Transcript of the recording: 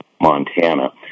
Montana